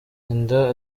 inda